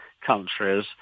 countries